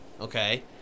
okay